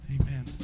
Amen